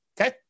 Okay